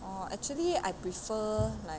orh actually I prefer like